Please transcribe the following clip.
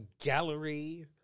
gallery